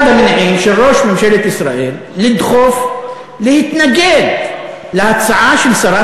אחד המניעים של ראש ממשלת ישראל לדחוף להתנגד להצעה של שרת